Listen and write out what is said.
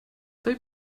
they